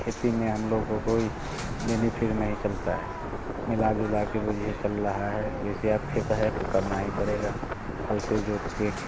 खेती में हम लोगों कोई बेनिफिट नहीं चलता है मिला जुला के चल रहा है जैसे अब खेत है तो करना ही पड़ेगा हल से जोत के